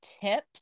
tips